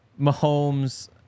Mahomes